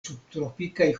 subtropikaj